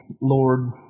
Lord